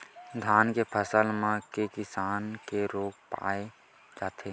धान के फसल म के किसम के रोग पाय जाथे?